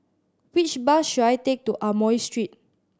which bus should I take to Amoy Street